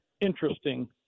interesting